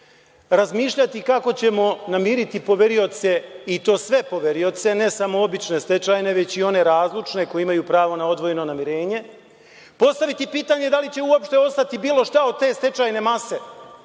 razmišljati kako ćemo namiriti poverioce i to sve poverioce, ne samo obične stečajne, već i one razlučne, koji imaju prava na odvojeno namirenje, postaviti pitanje da li će uopšte ostati bilo šta od te stečajne mase